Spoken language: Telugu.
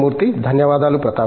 మూర్తి ధన్యవాదాలు ప్రతాప్